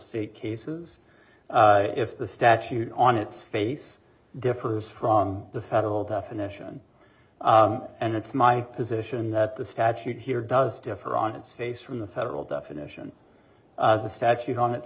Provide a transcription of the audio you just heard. seat cases if the statute on its face differs from the federal definition and it's my position that the statute here does differ on its face from the federal definition the statute on its